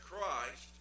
Christ